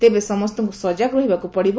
ତେବେ ସମସ୍ତଙ୍କୁ ସଜାଗ ରହିବାକୁ ପଡ଼ିବ